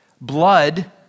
blood